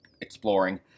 exploring